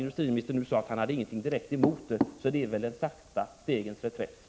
Industriministern sade nu att han inte var direkt emot det, och det är väl att betrakta som en de sakta stegens reträtt.